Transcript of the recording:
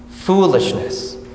foolishness